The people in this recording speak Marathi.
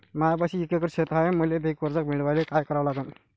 मायापाशी एक एकर शेत हाये, मले पीककर्ज मिळायले काय करावं लागन?